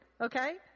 Okay